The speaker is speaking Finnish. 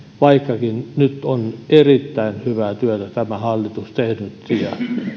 vaikkakin nyt on erittäin hyvää työtä tämä hallitus tehnyt ja